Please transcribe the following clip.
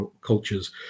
cultures